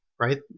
right